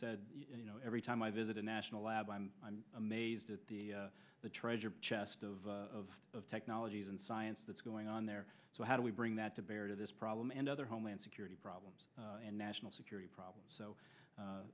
said you know every time i visit a national lab i'm amazed at the the treasure chest of technologies and science that's going on there so how do we bring that to bear to this problem and other homeland security problems and national security problems so